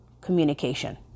communication